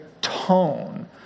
tone